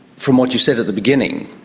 from what you said at the beginning,